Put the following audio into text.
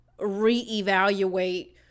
reevaluate